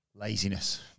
Laziness